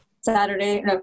Saturday